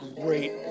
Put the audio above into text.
great